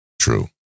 True